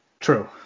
True